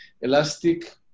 Elastic